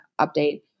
update